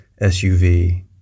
SUV